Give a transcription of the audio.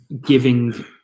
giving